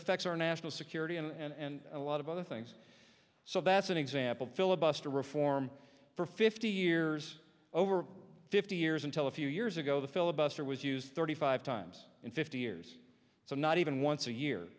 affects our national security and a lot of other things so that's an example filibuster reform for fifty years over fifty years until a few years ago the filibuster was used thirty five times in fifty years so not even once a year